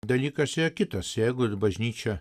dalykas yra kitas jeigu bažnyčia